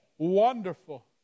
Wonderful